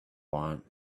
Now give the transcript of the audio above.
want